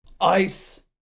ice